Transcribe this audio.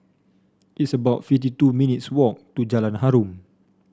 it's about fifty two minutes' walk to Jalan Harum